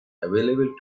available